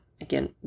again